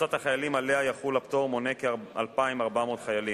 קבוצת החיילים שעליה יחול הפטור מונה כ-2,400 חיילים.